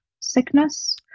sickness